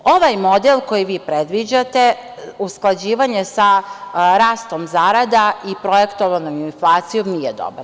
Ovaj modeli koji vi predviđate, usklađivanje sa rastom zarada i projektovanom inflacijom, nije dobar.